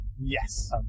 Yes